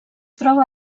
troba